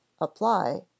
apply